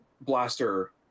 blaster